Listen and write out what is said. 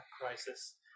crisis